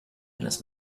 eines